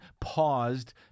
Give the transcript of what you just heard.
paused